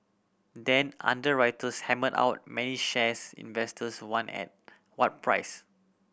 then underwriters hammer out many shares investors want and what price